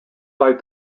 like